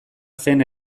zen